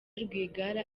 rwigara